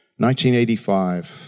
1985